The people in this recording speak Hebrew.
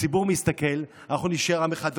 הציבור מסתכל, אנחנו נישאר עם אחד.